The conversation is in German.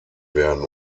werden